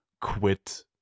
quit